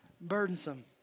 burdensome